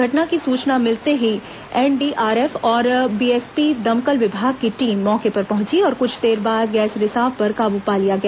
घटना की सूचना मिलते ही एनडीआरएफ और बीएसपी दमकल विभाग की टीम मौके पर पहुंची और कुछ देर बाद गैस रिसाव पर काबू पा लिया गया